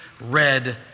red